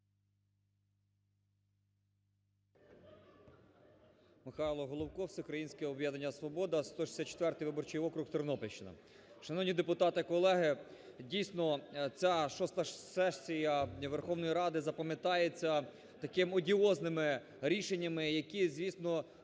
Михайло Головко, Всеукраїнське об'єднання "Свобода", 164-й виборчий округ, Тернопільщини. Шановні депутати колеги, дійсно ця шоста сесія Верховної Ради запам'ятається такими одіозними рішеннями, які, звісно,